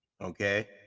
Okay